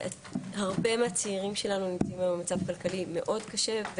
הרבה מהצעירים שלנו נמצאים היום במצב כלכלי מאוד קשה,